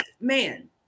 Man